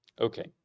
Okay